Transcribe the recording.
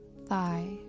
thigh